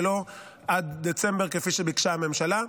ולא עד דצמבר כפי שביקשה הממשלה.